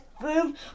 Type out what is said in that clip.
Boom